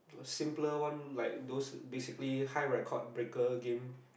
simpler one like those basically high record breaker game